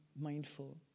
mindful